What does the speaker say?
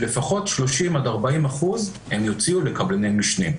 שלפחות 30% עד 40% הן יוציאו לקבלני משנה.